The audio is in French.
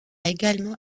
également